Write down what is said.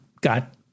got